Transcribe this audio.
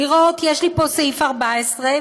לראות: יש לי פה סעיף 14,